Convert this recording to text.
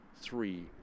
three